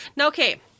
Okay